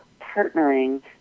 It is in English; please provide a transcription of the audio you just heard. partnering